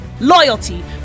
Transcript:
loyalty